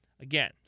Again